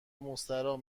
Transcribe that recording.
مستراح